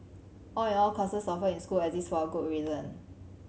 all in all courses offered in school exist for a good reason